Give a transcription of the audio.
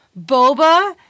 Boba